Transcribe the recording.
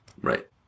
Right